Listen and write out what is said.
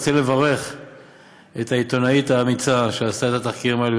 אני רוצה לברך את העיתונאית האמיצה שעשתה את התחקירים האלה.